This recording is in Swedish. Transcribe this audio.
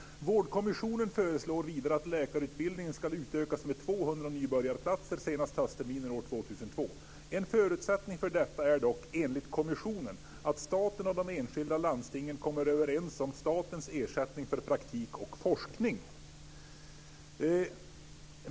"Vårdkommissionen föreslår vidare att läkarutbildningen skall utökas med 200 nybörjarplatser senast höstterminen år 2002. En förutsättning för detta är dock, enligt kommissionen, att staten och de enskilda landstingen kommer överens om statens ersättning för praktik och forskning."